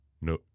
No